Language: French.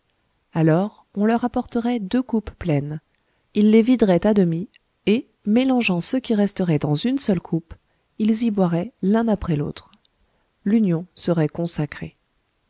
alors on leur apporterait deux coupes pleines ils les videraient à demi et mélangeant ce qui resterait dans une seule coupe ils y boiraient l'un après l'autre l'union serait consacrée